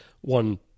One